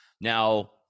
Now